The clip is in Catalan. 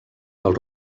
del